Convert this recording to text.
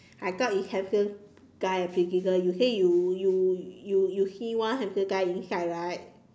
I thought it's handsome guy at you say you you you you see one handsome guy inside right